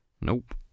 Nope